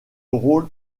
rôle